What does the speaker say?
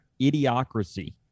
idiocracy